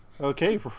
Okay